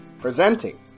presenting